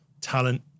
talent